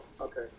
okay